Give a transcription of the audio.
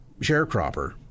sharecropper